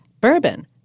bourbon